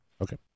Okay